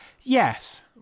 Yes